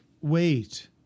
wait